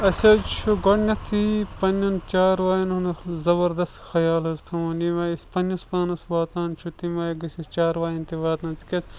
اَسہِ حظ چھُ گۄڈنٮ۪تھٕے پنٛنٮ۪ن چاروایَن ہُنٛد زبردَس خیال حظ تھاوُن ییٚمہِ آے أسۍ پنٛنِس پانَس واتان چھِ تَمہِ آیہِ گژھِ أسۍ چاروایَن تہِ واتن تِکیٛازِ